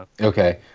Okay